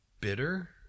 bitter